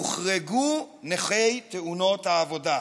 הוחרגו נכי תאונות העבודה.